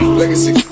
legacy